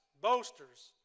boasters